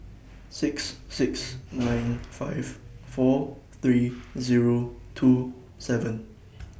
six six nine five four three Zero two seven